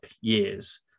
years